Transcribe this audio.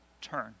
turn